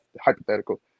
hypothetical